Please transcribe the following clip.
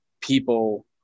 people